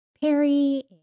Perry